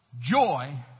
Joy